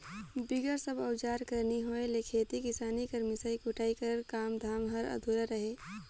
बिगर सब अउजार कर नी होए ले खेती किसानी कर मिसई कुटई कर काम धाम हर अधुरा रहें